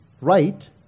right